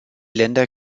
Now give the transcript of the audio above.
länder